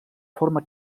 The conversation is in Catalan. forma